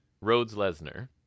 Rhodes-Lesnar